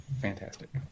fantastic